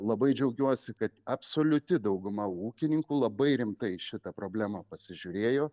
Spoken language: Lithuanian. labai džiaugiuosi kad absoliuti dauguma ūkininkų labai rimtai šitą problemą pasižiūrėjo